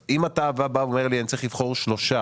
אז אם אתה בא ואומר לי אני צריך לבחור שלושה,